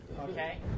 Okay